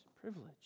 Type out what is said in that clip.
privilege